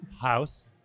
House